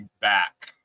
back